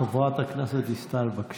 חברת הכנסת דיסטל, בבקשה.